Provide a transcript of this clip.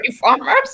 farmers